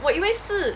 我以为是